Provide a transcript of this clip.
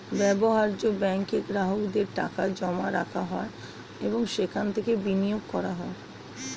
ব্যবহার্য ব্যাঙ্কে গ্রাহকদের টাকা জমা রাখা হয় এবং সেখান থেকে বিনিয়োগ করা হয়